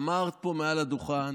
אמרת פה מעל הדוכן